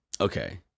Okay